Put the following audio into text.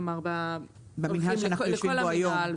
כלומר הולכים לכל המינהל,